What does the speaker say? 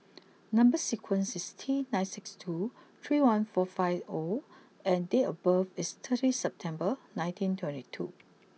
number sequence is T nine six two three one four five O and date of birth is thirty September nineteen twenty two